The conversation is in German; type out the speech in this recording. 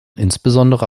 insbesondere